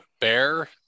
Bear